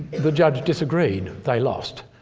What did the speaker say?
the judge disagreed. they lost.